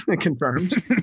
Confirmed